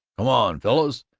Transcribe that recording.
come on, fellows,